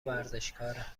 ورزشکاره